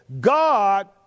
God